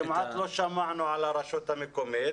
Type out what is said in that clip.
אבל כמעט לא שמענו על הרשות המקומית.